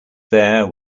there